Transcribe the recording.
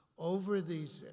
over these,